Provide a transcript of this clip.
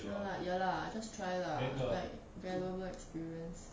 ya lah ya lah just try lah like relevant experience